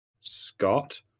Scott